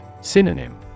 Synonym